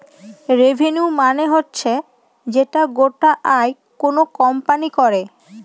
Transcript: revenue মানে হচ্ছে যে গোটা আয় কোনো কোম্পানি করে